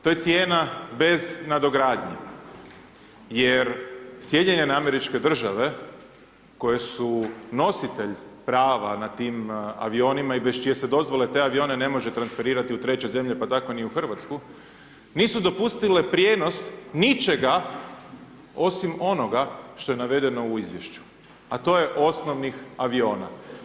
To je cijena bez nadogradnje jer Sjedinjene Američke Države koje su nositelj prava na tim avionima i bez čije se dozvole te avione ne može transferirati u treće zemlje, pa tako ni u Hrvatsku nisu dopustile prijenos ničega osim onoga što je navedeno u izvješću, a to je osnovnih aviona.